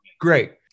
Great